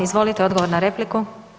Izvolite odgovor na repliku.